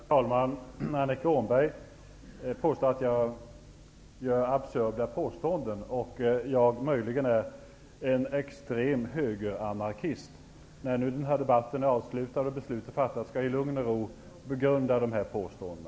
Herr talman! Annika Åhnberg påstår att jag gör absurda påståenden och att jag möjligen är en extrem högeranarkist. När den här debatten är avslutad och besluten fattade, skall jag i lugn och ro begrunda dessa påståenden.